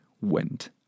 went